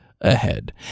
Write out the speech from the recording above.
Ahead